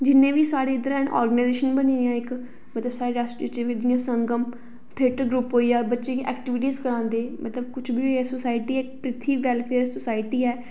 जिन्ने बी साढ़े इद्धर हैन आरगनाइजेशन बनी दियां इक मतलब साढ़े रियासी बिच जियां संगम थेटर ग्रुप होई गेआ बच्चें गी एक्टिबिटीज करवांदे मतलब कुछ बी इक सोसाइयटी ऐ पृथी वेलफेयर सोसाइयटी ऐ